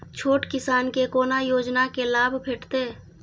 छोट किसान के कोना योजना के लाभ भेटते?